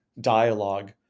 dialogue